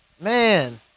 man